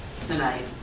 Tonight